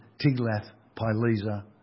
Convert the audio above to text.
Tiglath-Pileser